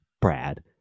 Brad